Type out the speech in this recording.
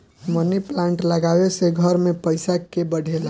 मनी plant लागवे से घर में पईसा के बढ़ेला